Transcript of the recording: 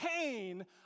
pain